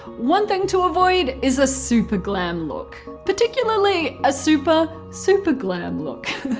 one thing to avoid is a super glam look. particularly a super, super glam look.